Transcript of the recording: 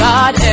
God